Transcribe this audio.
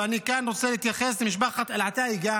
ואני רוצה להתייחס כאן למשפחת אל-עתאיקה